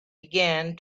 began